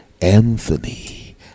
Anthony